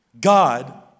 God